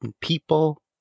people